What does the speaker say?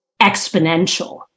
exponential